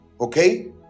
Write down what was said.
Okay